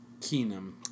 Keenum